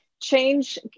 change